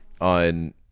on